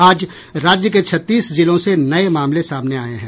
आज राज्य के छत्तीस जिलों से नये मामले सामने आये हैं